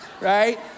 right